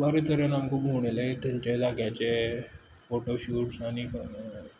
बरें तरेन आमकां भोंवडायलें थंयचे जाग्याचे फोटोशुट्स आनी खं